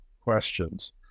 questions